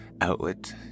outlet